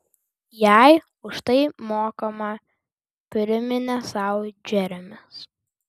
jai už tai mokama priminė sau džeremis